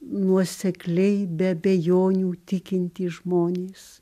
nuosekliai be abejonių tikintys žmonės